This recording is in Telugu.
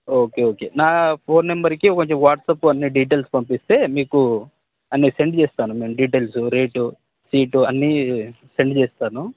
ఓకే ఓకే నా ఫోన్ నెంబర్కి కొంచెం వాట్సప్ అన్ని డీటెయిల్స్ పంపిస్తే మీకు అన్ని సెండ్ చేస్తాను మేము డీటెయిల్సు రేటు షిట్ అన్నీ సెండ్ చేస్తాను